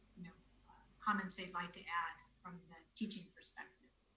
you know comments they'd like to add from the teaching perspective.